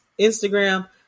Instagram